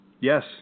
Yes